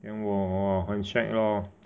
then 我 hor 很 shag lor